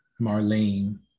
Marlene